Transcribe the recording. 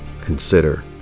consider